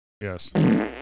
Yes